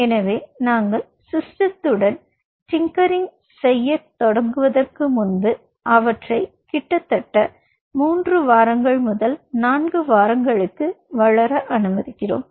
எனவே நாங்கள் சிஸ்டத்துடன் டிங்கர் செய்யத் தொடங்குவதற்கு முன்பு அவற்றை கிட்டத்தட்ட 3 4 வாரங்களுக்கு வளர அனுமதிக்கிறோம்